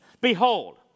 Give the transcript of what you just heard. behold